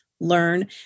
learn